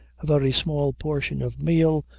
a very small portion of meal,